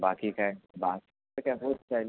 बाकी काय बास ते काय होत राहील